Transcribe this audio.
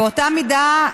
באותה מידה,